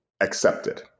accepted